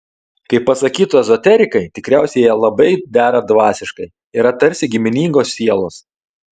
kaip pasakytų ezoterikai tikriausiai jie labai dera dvasiškai yra tarsi giminingos sielos